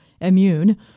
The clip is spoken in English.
immune